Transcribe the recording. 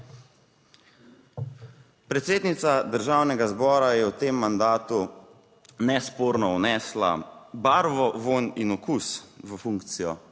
Predsednica Državnega zbora je v tem mandatu nesporno vnesla barvo, vonj in okus v funkcijo,